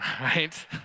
right